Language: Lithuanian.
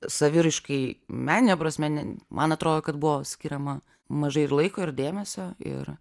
saviraiškai menine prasme man atrodo kad buvo skiriama mažai ir laiko ir dėmesio ir